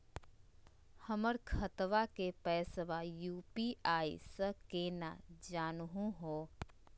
हमर खतवा के पैसवा यू.पी.आई स केना जानहु हो?